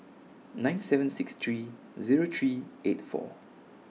nine seven six three Zero three eight four